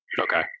okay